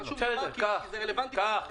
חשוב לי לומר, כי זה רלוונטי --- בסדר, קח.